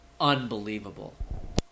unbelievable